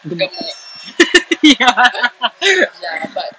mm ya